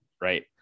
Right